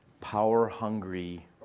power-hungry